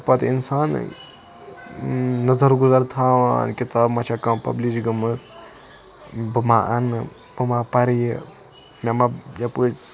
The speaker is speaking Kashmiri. چھُ پَتہٕ اِنسان نَظَر گُزَر تھاوان کِتاب مہَ چھےٚ کانٛہہ پَبلِش گٔمٕژ بہٕ مہَ اَنہٕ بہِ مہَ پَرٕ یہِ مےٚ مہَ یَپٲرۍ